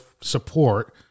support